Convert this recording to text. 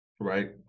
right